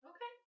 Okay